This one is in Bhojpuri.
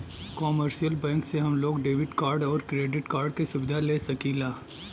कमर्शियल बैंक से हम लोग डेबिट कार्ड आउर क्रेडिट कार्ड क सुविधा ले सकीला